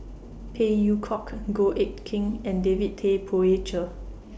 Phey Yew Kok Goh Eck Kheng and David Tay Poey Cher